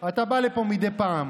רק לפני רגע.